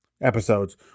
episodes